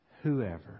whoever